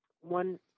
one